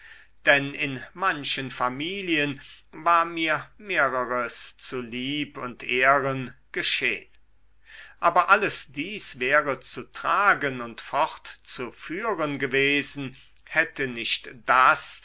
denn in manchen familien war mir mehreres zu lieb und zu ehren geschehn aber alles dies wäre zu tragen und fortzuführen gewesen hätte nicht das